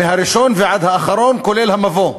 מהראשון ועד האחרון, כולל המבוא.